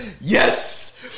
Yes